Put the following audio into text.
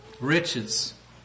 Riches